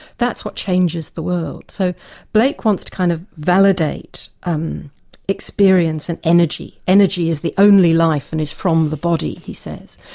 that's what changes the world. world. so blake wants to kind of validate um experience and energy, energy is the only life and is from the body, he says.